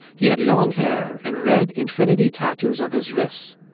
he had long hair and red infinity tattoos on his wrist.